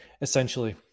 essentially